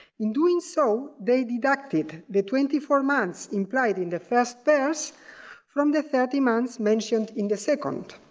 in doing so, they deducted the twenty four months implied in the first verse from the thirty months mentioned in the second.